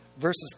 verses